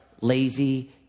lazy